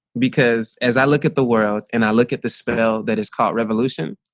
because as i look at the world, and i look at the spell that is called revolution,